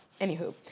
Anywho